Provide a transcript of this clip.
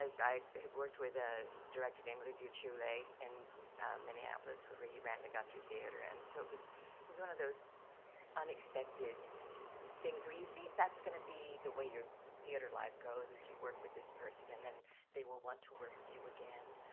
i had worked with a director named levue chule in and minneapolis before he ran the guthrie theater and so it was was one of those unexpected things where you think that's gonna be the way your theater life goes is you work with this person and then they will want to work with you again.